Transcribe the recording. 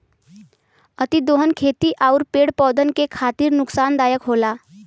अतिदोहन खेती आउर पेड़ पौधन के खातिर नुकसानदायक होला